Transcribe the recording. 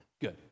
Good